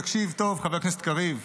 תקשיב טוב חבר הכנסת קריב,